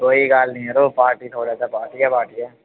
कोई गल्ल नि यरो पार्टी थुआढ़े आस्तै पार्टी गै पार्टी ऐ